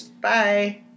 Bye